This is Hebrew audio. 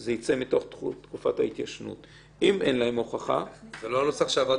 זאת לא ההצעה הממשלתית שוועדת שרים קבעה שצריך אחר כך לחזור וכולי.